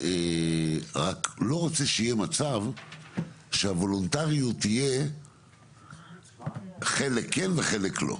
אני רק לא רוצה שיהיה מצב שהוולונטריות תהיה חלק כן וחלק לא.